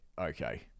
okay